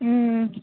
ಹ್ಞೂ